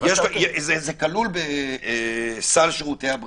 - זה כלול בסל שירותי הבריאות.